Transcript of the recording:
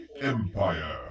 Empire